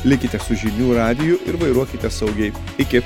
likite su žinių radiju ir vairuokite saugiai iki